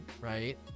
right